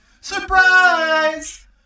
Surprise